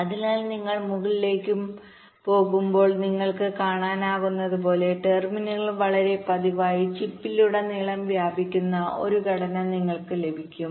അതിനാൽ നിങ്ങൾ മുകളിലേക്കും മുകളിലേക്കും പോകുമ്പോൾ നിങ്ങൾക്ക് കാണാനാകുന്നതുപോലെ ടെർമിനലുകൾ വളരെ പതിവായി ചിപ്പിലുടനീളം വ്യാപിക്കുന്ന ഒരു ഘടന നിങ്ങൾക്ക് ലഭിക്കും